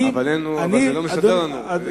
אבל אתה לא מספר לנו.